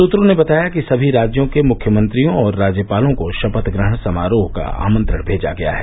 सूत्रों ने बताया कि सभी राज्यों के मुख्यमंत्रियों और राज्यपालों को शपथग्रहण समारोह का आमंत्रण मेजा गया है